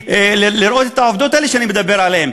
ולראות את העובדות האלה שאני מדבר עליהן,